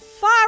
far